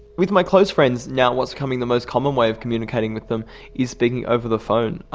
with my close friends now what's becoming the most common way of communicating with them is speaking over the phone,